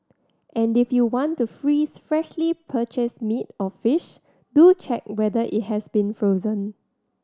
and if you want to freeze freshly purchased meat or fish do check whether it has been frozen